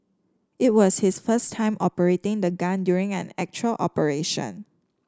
it was his first time operating the gun during an actual operation